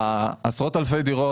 העשרות אלפי דירות,